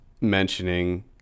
mentioning